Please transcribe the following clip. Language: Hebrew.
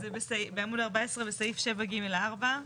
זה בעמוד 14 בסעיף 7(ג)(4).